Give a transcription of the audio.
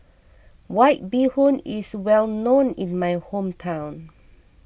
White Bee Hoon is well known in my hometown